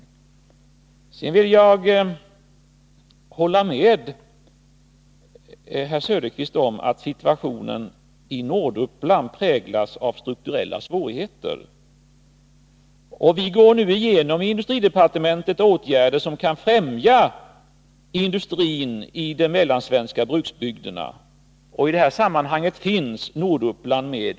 Vidare vill jag hålla med herr Söderqvist om att situationen i Norduppland präglas av strukturella svårigheter. Vi går nu inom industridepartementet igenom åtgärder som kan främja industrin i de mellansvenska bruksbygderna. I det här sammanhanget finns Norduppland med.